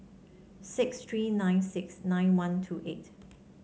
six three nine six nine one two eight